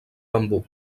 bambú